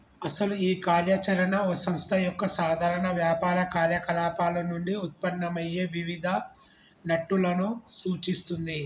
అసలు ఈ కార్య చరణ ఓ సంస్థ యొక్క సాధారణ వ్యాపార కార్యకలాపాలు నుండి ఉత్పన్నమయ్యే వివిధ నట్టులను సూచిస్తుంది